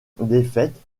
défaites